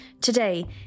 Today